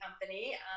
company